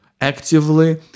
actively